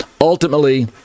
ultimately